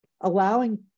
allowing